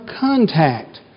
contact